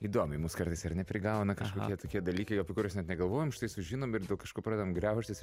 įdomiai mus kartais ar ne prigauna kažkokie tokie dalykai apie kuriuos net negalvojam štai sužinom ir dėl kažko pradedam graužtis